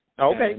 Okay